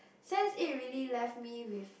Sense Eight really left me with